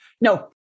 No